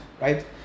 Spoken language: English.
right